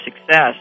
success